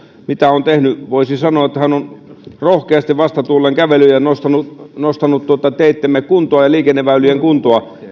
mitä hän on tehnyt voisi sanoa että hän on rohkeasti vastatuuleen kävellyt ja nostanut nostanut teittemme kuntoa ja liikenneväylien kuntoa